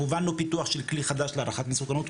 הובלנו פיתוח של כלי חדש להערכת מסוכנות,